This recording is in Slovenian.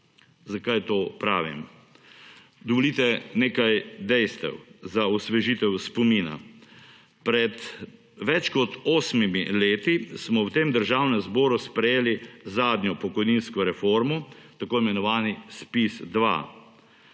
Zakaj to pravim? Dovolite nekaj dejstev za osvežitev spomina. Pred več kot 8-mi leti smo v Državnem zboru sprejeli zadnjo pokojninsko reformo tako imenovani ZPIZ2.